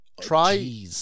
Try